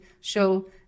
show